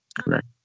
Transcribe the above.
correct